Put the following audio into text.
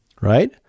right